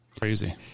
crazy